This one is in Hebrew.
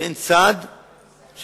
שאין צד שמתנגד,